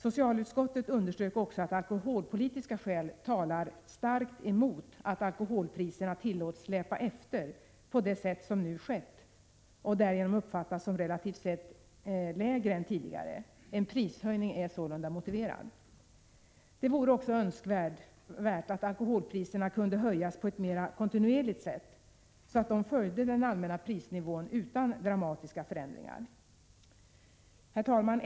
Socialutskottet underströk också att alkoholpolitiska skäl talar starkt emot att alkoholpriserna tillåts släpa efter på det sätt som nu skett och därigenom uppfattas som relativt sett lägre än tidigare. En prishöjning är sålunda motiverad. Det vore också önskvärt att alkoholpriserna kunde höjas på ett mera kontinuerligt sätt, så att de följde den allmänna prisnivån utan dramatiska förändringar. Herr talman!